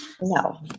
No